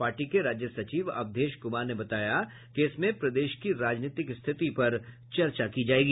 party के राज्य सचिव अवधेश कुमार ने बताया कि इसमें प्रदेश की राजनीतिक स्थिति पर चर्चा की जायेगी